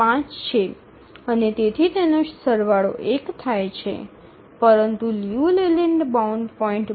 ૫ છે અને તેથી તેનો સરવાળો ૧ થાય છે પરંતુ લિયુ લેલેન્ડ બાઉન્ડ 0